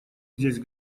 здесь